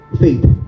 faith